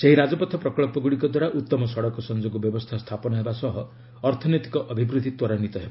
ଏହି ରାଜପଥ ପ୍ରକଳ୍ପଗୁଡ଼ିକ ଦ୍ୱାରା ଉଉମ ସଡ଼କ ସଂଯୋଗ ବ୍ୟବସ୍ଥା ସ୍ଥାପନ ହେବା ସହ ଅର୍ଥନୈତିକ ଅଭିବୃଦ୍ଧି ତ୍ୱରାନ୍ୱିତ ହେବ